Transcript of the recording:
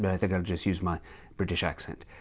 but i think i'll just use my british accent.